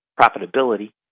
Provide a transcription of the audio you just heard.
profitability